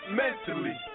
mentally